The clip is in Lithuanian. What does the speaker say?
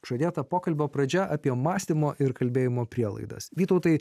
žadėta pokalbio pradžia apie mąstymo ir kalbėjimo prielaidas vytautai